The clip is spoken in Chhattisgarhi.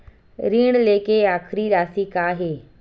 ऋण लेके आखिरी राशि का हे?